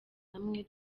hamwe